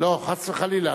לא, חס וחלילה.